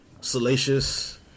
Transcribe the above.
salacious